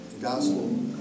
Gospel